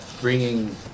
bringing